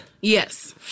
Yes